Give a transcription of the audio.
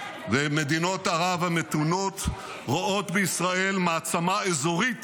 ומדינות ערב המתונות רואות בישראל מעצמה אזורית